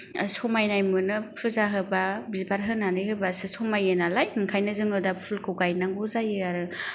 समायनाय मोनो फुजा होबा बिबार होनानै होबासो समायो नालाय ओंखायनो जोङो दा फुलखौ गायनांगौ जायो आरो